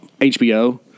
HBO